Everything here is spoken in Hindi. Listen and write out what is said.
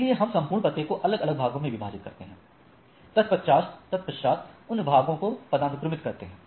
इसलिए हम संपूर्ण पते को अलग अलग भागों में विभाजित करते हैं तत्पश्चात उन भागों को पदानुक्रमित करते है